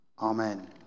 amen